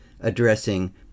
addressing